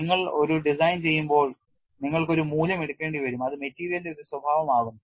നിങ്ങൾ ഒരു ഡിസൈൻ ചെയ്യുമ്പോൾ നിങ്ങൾക്ക് ഒരു മൂല്യം എടുക്കേണ്ടിവരും അത് മെറ്റീരിയലിന്റെ ഒരു സ്വഭാവം ആകുന്നു